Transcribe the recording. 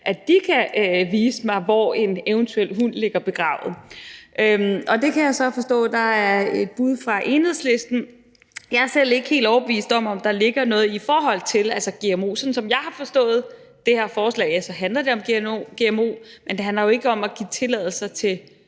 at de kan vise mig, hvor en eventuel hund ligger begravet. Der kan jeg så forstå at der er et bud fra Enhedslisten. Jeg er ikke selv helt overbevist om, om der ligger noget i forhold til gmo. Sådan som jeg har forstået det her forslag, handler det om gmo, men det handler jo ikke om at give tilladelser til